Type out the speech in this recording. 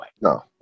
No